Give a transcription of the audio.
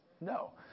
No